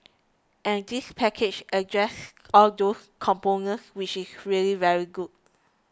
and this package addresses all those components which is really very good